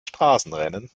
straßenrennen